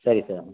ಸರಿ ಸರ್